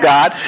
God